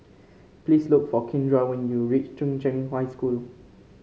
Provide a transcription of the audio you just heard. please look for Kindra when you reach Chung Cheng High School